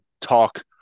talk